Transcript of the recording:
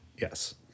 Yes